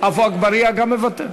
עפו אגבאריה, גם מוותר?